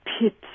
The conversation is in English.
pit